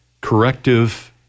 corrective